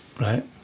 Right